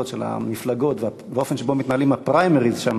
של המפלגות ובאופן שבו מתנהלים הפריימריז שם,